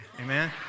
Amen